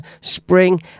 spring